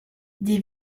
des